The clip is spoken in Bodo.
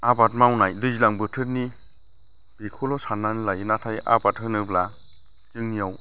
आबाद मावनाय दैज्लां बोथोरनि बेखौल' साननानै लायो नाथाय आबाद होनोब्ला जोंनियाव